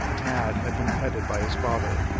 tad had been petted by his father,